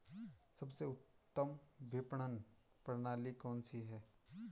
सबसे उत्तम विपणन प्रणाली कौन सी है?